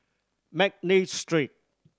McNally Street